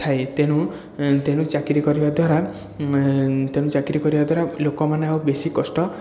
ଥାଏ ତେଣୁ ତେଣୁ ଚାକିରି କରିବା ଦ୍ୱାରା ତେଣୁ ଚାକିରି କରିବା ଦ୍ୱାରା ଲୋକମାନେ ଆଉ ବେଶି କଷ୍ଟ